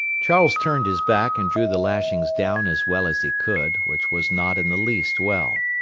charles turned his back and drew the lashings down as well as he could, which was not in the least well.